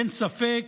אין ספק,